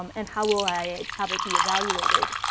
um and how will i have it be evaluated?